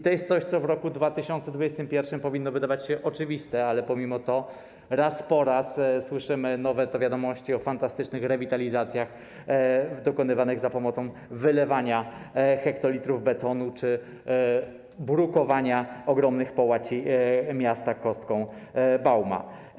To jest coś, co w roku 2021 powinno wydawać się oczywiste, ale mimo to raz po raz słyszymy nowe wiadomości o fantastycznych rewitalizacjach dokonywanych za pomocą wylewania hektolitrów betonu czy brukowania ogromnych połaci miasta kostką Bauma.